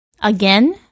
Again